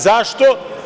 Zašto?